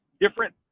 different